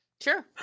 Sure